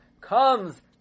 comes